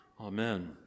Amen